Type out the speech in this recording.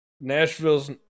Nashville's